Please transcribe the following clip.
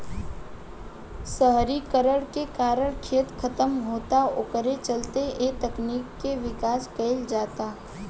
शहरीकरण के कारण खेत खतम होता ओकरे चलते ए तकनीक के विकास कईल जाता